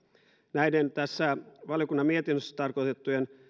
näiden tässä valiokunnan mietinnössä tarkoitettujen